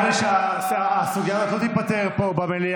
נראה לי שהסוגיה לא תיפתר פה במליאה.